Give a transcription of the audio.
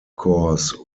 course